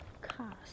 cars